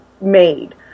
made